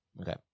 Okay